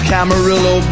Camarillo